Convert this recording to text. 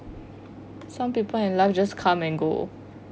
some people in life just come and go